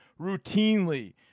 routinely